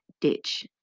ditch